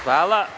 Hvala.